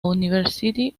university